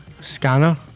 Scanner